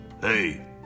Hey